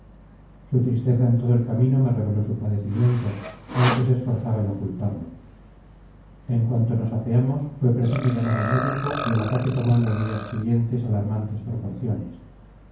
su tristeza en todo el camino me reveló su padecimiento aunque se esforzaba en ocultarlo en cuanto nos apeamos fue preciso llamar al médico y el ataque tomó en los días siguientes alarmantes proporciones